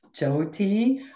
Jyoti